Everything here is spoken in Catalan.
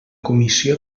comissió